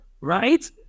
Right